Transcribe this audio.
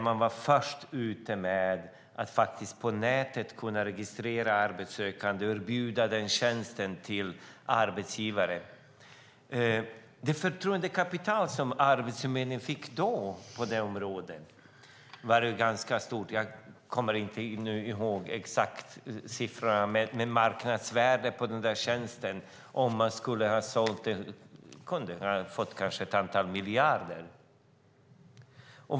Man var först ute med att på nätet kunna registrera arbetssökande och erbjuda den tjänsten till arbetsgivare. Det förtroendekapital som Arbetsförmedlingen fick då på det området var ganska stort. Jag kommer inte ihåg siffrorna exakt, men marknadsvärdet på den tjänsten var hög; skulle man ha sålt den kunde man kanske ha fått ett antal miljarder.